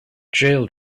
jailed